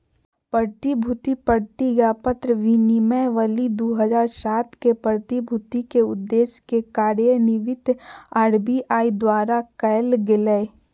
प्रतिभूति प्रतिज्ञापत्र विनियमावली दू हज़ार सात के, प्रतिभूति के उद्देश्य के कार्यान्वित आर.बी.आई द्वारा कायल गेलय